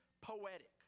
poetic